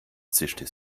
zischte